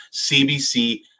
CBC